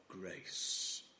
grace